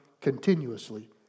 continuously